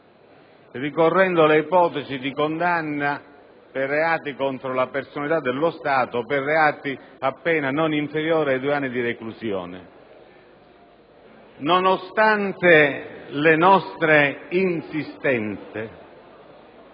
ricorrendo le ipotesi di condanna per un delitto contro la personalità dello Stato o per reati a pena non inferiore a due anni di reclusione. Nonostante le nostre insistenze,